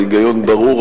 ההיגיון ברור,